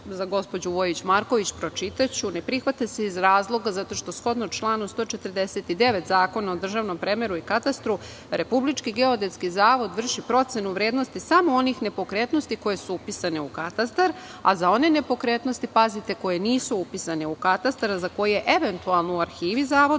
Za gospođu Vojić Marković, pročitaću – ne prihvata se iz razloga zato što, shodno članu 149. Zakona o državnom premeru i katastru, Republički geodetski zavod vrši procenu vrednosti samo onih nepokretnosti koje su upisane u katastar, a za one nepokretnosti, pazite, koje nisu upisane u katastar, a za koje eventualno u arhivi zavoda